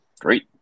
Great